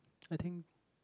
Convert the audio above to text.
I think